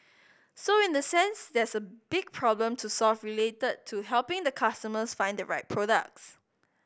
so in the sense there's a big problem to solve related to helping the customers find the right products